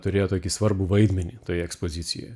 turėjo tokį svarbų vaidmenį toje ekspozicijoje